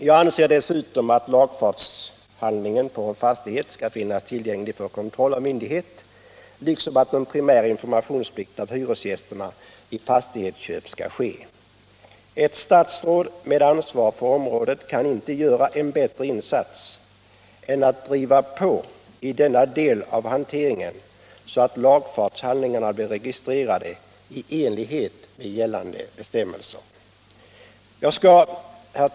Jag anser dessutom att lagfartshandlingen på en fastighet skall finnas tillgänglig för kontroll av myndighet liksom att det skall ske en primär informationsplikt av hyresgästerna vid fastighetsköp. Ett statsråd med ansvar för området kan inte göra en bättre insats än att driva på i denna del av hanteringen, så att lagfartshandlingarna blir registrerade i enlighet med gällande bestämmelser. Herr talman!